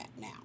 now